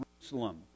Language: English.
Jerusalem